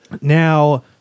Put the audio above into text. Now